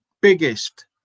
biggest